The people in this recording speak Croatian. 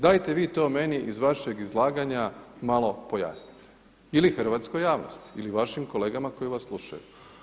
Dajte vi to meni iz vašeg izlaganja malo pojasnite ili hrvatskoj javnosti ili vašim kolegama koji vas slušaju.